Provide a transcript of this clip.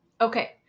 Okay